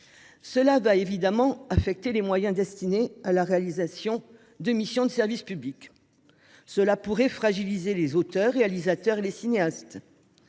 Cela va évidemment affecter les moyens destinés à la réalisation de missions de service public. Les auteurs-réalisateurs et les cinéastes